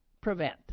prevent